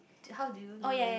how do you know when